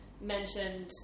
mentioned